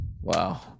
Wow